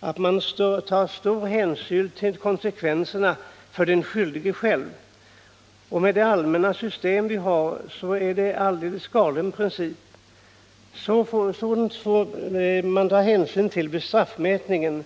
att man tar stor hänsyn till konsekvenserna för den skyldige själv. Med det allmänna system vi har är det en alldeles galen princip. Sådant får man ta hänsyn till vid straffmätningen.